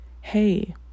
hey